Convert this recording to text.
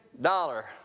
dollar